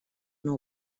nou